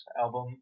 album